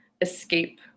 escape